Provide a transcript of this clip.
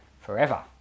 forever